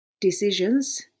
decisions